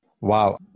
Wow